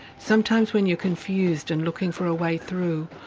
sometimes when you're confused and looking for a way through,